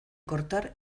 cortar